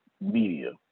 media